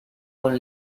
con